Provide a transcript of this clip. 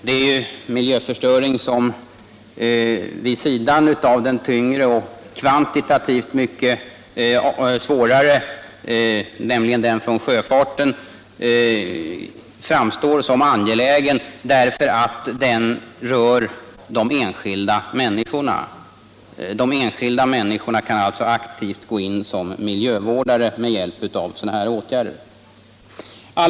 Det gäller här en miljöförstöring som vid sidan av den tyngre och kvantitativt svårare, nämligen den från sjöfarten, framstår som betydelsefull därför att den rör de enskilda människorna. De enskilda människorna kan alltså aktivt medverka som miljövårdare med hjälp av sådana åtgärder som det här är fråga om.